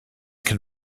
can